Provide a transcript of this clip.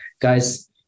Guys